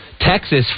Texas